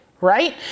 right